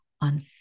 on